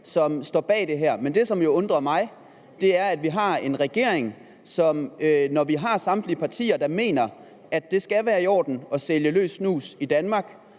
står bag det her. Men det, som undrer mig, er, at vi har en regering, som, når samtlige partier mener, at det skal være i orden at sælge løs snus i Danmark,